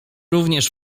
również